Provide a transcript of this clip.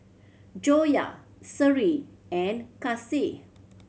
Joyah Seri and Kasih